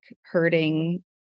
hurting